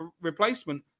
replacement